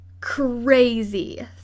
Crazy